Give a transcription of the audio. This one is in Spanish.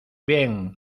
bien